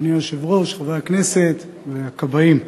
אדוני היושב-ראש, חברי הכנסת והכבאים,